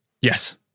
Yes